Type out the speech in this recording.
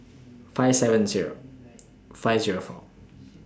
five seven Zero five Zero four